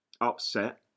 upset